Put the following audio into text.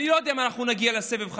אני לא יודע אם אנחנו נגיע לסבב חמישי,